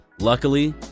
Luckily